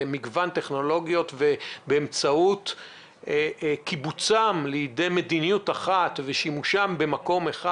מגוון טכנולוגיות באמצעות קיבוצן לידי מדיניות אחת ושימושן במקום אחד,